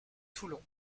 toulon